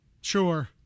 Sure